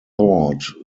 thought